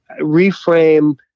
reframe